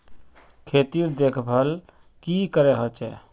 खेतीर देखभल की करे होचे?